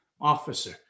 officer